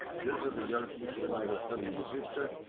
this is the girl who survived and sent me the picture.